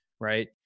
Right